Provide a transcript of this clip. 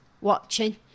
watching